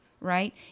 right